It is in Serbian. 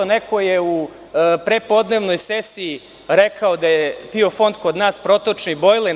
Neko je u prepodnevnoj sesiji rekao da je PIO fond kod nas protočni bojler.